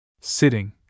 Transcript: Sitting